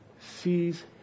sees